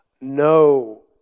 no